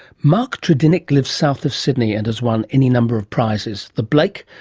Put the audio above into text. mark tredinnick lives south of sydney and has won any number of prizes, the blake,